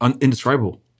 indescribable